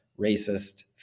racist